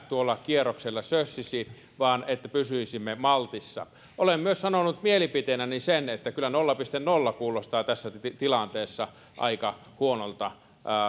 tuolla kierroksella sössisi vaan pysyisimme maltissa olen myös sanonut mielipiteenäni sen että kyllä nolla pilkku nolla kuulostaa tässä tilanteessa aika huonolta